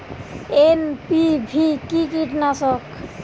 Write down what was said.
NPV কি কীটনাশক?